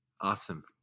Awesome